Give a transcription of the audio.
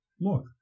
Look